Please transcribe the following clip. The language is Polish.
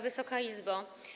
Wysoka Izbo!